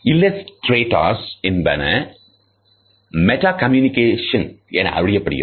இல்லஸ்டேட்டஸ் என்பன meta communicative என அறியப்படுகிறது